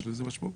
יש לזה משמעות.